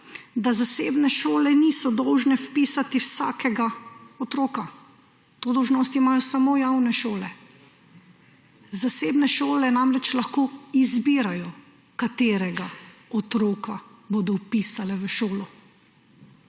da zasebne šole niso dolžne vpisati vsakega otroka. To dolžnost imajo samo javne šole. Zasebne šole namreč lahko izbirajo, katerega otroka bodo vpisale v šolo.